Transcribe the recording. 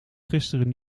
gisteren